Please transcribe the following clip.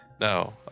No